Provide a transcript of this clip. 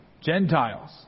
Gentiles